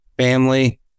family